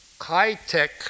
high-tech